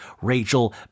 Rachel